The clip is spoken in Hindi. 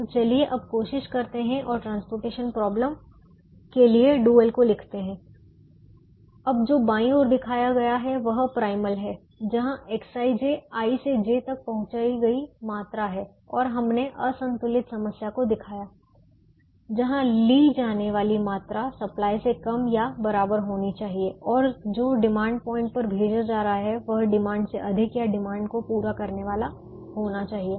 तो चलिए अब कोशिश करते हैं और ट्रांसपोर्टेशन प्रोबलम के लिए डुअल को लिखते हैं अब जो बाईं ओर दिखाया गया है वह प्राइमल है जहां Xij i से j तक पहुंचाई गई मात्रा है और हमने असंतुलित समस्या को दिखाया जहां ली जाने वाली मात्रा सप्लाई से कम या बराबर होना चाहिए और जो डिमांड पॉइंट पर भेजा जा रहा है वह डिमांड से अधिक या डिमांड को पूरा करने वाला होना चाहिए